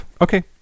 okay